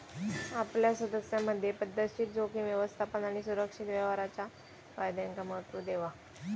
आपल्या सदस्यांमधे पध्दतशीर जोखीम व्यवस्थापन आणि सुरक्षित व्यवहाराच्या फायद्यांका महत्त्व देवा